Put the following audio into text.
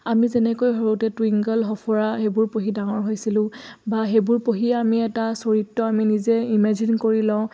আমি যেনেকৈ সৰুতে টুইংকল সফুঁৰা সেইবোৰ পঢ়ি ডাঙৰ হৈছিলোঁ বা সেইবোৰ পঢ়িয়ে আমি এটা চৰিত্ৰ আমি নিজে ইমেজিন কৰি লওঁ